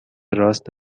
راست